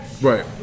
Right